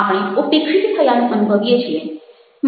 આપણે ઉપેક્ષિત થયાનું અનુભવીએ છીએ